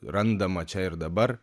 randama čia ir dabar